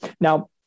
Now